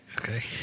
Okay